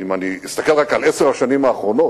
אני אסתכל רק על עשר השנים האחרונות,